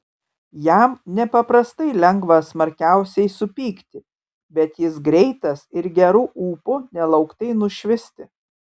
jam nepaprastai lengva smarkiausiai supykti bet jis greitas ir geru ūpu nelauktai nušvisti